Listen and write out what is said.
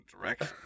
direction